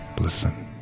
listen